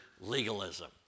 legalism